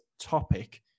topic